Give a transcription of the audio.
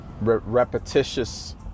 repetitious